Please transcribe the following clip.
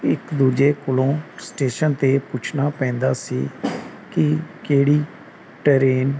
ਇਕ ਦੂਜੇ ਕੋਲੋਂ ਸਟੇਸ਼ਨ 'ਤੇ ਪੁੱਛਣਾ ਪੈਂਦਾ ਸੀ ਕਿ ਕਿਹੜੀ ਟਰੇਨ